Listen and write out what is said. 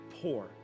poor